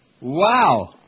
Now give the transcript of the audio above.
Wow